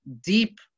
deep